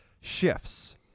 shifts